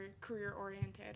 career-oriented